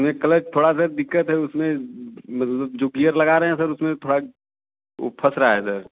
उसमें क्लच थोड़ा सा दिक्कत है उसमें मतलब जो गियर लगा रहे हैं सर उसमें थोड़ा वो फँस रहा है सर